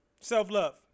Self-love